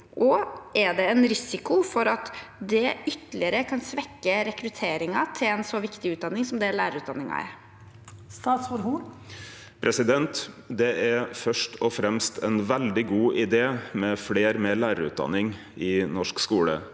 og er det en risiko for at det ytterligere kan svekke rekrutteringen til en så viktig utdanning som lærerutdanningen er? Statsråd Oddmund Hoel Det er først og fremst ein veldig god idé med fleire med lærarutdanning i norsk skule.